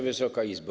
Wysoka Izbo!